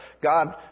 God